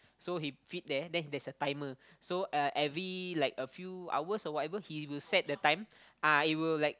so he feed there then there's a timer so uh every like a few hours or whatever he will set the time ah it will like